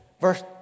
verse